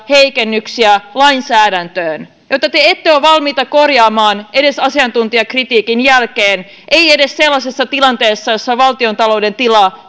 heikennyksiä lainsäädäntöön joita te ette ole valmiit korjaamaan edes asiantuntijakritiikin jälkeen ei edes sellaisessa tilanteessa jossa valtiontalouden tila